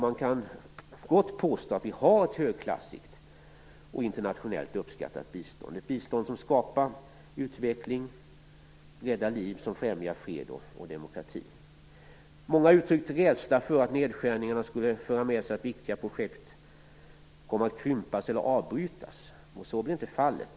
Man kan gott påstå att vi har ett högklassigt och internationellt uppskattat bistånd - ett bistånd som skapar utveckling, räddar liv och främjar fred och demokrati. Många har uttryckt en rädsla för att nedskärningarna skall föra med sig att viktiga projekt krymps ned eller avbryts. Så blir inte fallet.